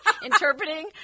Interpreting